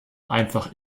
einfach